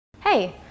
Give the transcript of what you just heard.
Hey